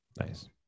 Nice